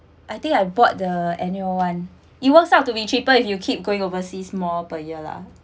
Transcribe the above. I think I bought the annual one it works out to be cheaper if you keep going overseas more per year lah